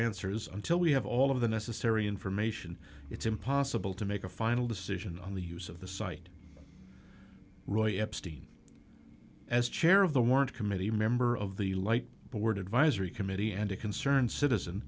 answers until we have all of the necessary information it's impossible to make a final decision on the use of the site roy epstein as chair of the warrant committee member of the light board advisory committee and a concerned citizen